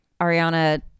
Ariana